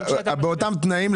באותם התנאים,